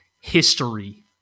history